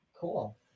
Cool